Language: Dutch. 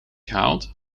gehaald